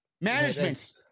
Management